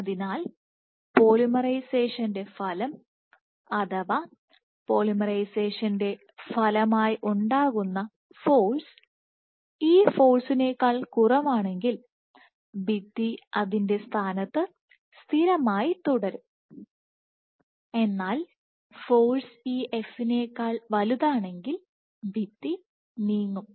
അതിനാൽ പോളിമറൈസേഷന്റെ ഫലം അഥവാ പോളിമറൈസേഷന്റെ ഫലമായി ഉണ്ടാകുന്ന ഫോഴ്സ് ഈ ഫോഴ്സിനേക്കാൾ കുറവാണെങ്കിൽ ഭിത്തി അതിന്റെ സ്ഥാനത്ത് സ്ഥിരമായി തുടരും എന്നാൽ ഫോഴ്സ് ഈ f നേക്കാൾ വലുതാണെങ്കിൽ ഭിത്തി നീങ്ങും